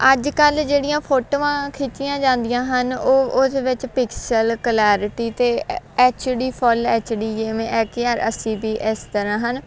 ਅੱਜ ਕੱਲ੍ਹ ਜਿਹੜੀਆਂ ਫੋਟੋਆਂ ਖਿੱਚੀਆਂ ਜਾਂਦੀਆਂ ਹਨ ਉਹ ਉਹਦੇ ਵਿੱਚ ਪਿਕਸਲ ਕਲੈਰਟੀ ਤਾਂ ਐ ਐਚਡੀ ਫੁੱਲ ਐਚਡੀ ਜਿਵੇਂ ਆ ਕਿ ਆ ਅਸੀਂ ਵੀ ਇਸ ਤਰ੍ਹਾਂ ਹਨ